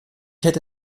hätte